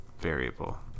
variable